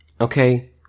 Okay